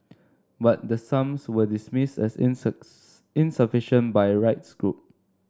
but the sums were dismissed as inserts insufficient by rights group